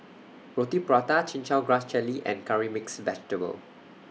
Roti Prata Chin Chow Grass Jelly and Curry Mixed Vegetable